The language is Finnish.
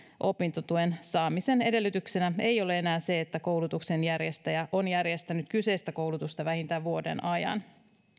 opintotuen saamisen edellytyksenä ei ole enää se että koulutuksen järjestäjä on järjestänyt kyseistä koulutusta vähintään vuoden ajan